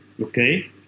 okay